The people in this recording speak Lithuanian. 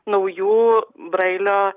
nauju brailio